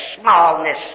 smallness